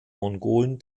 mongolen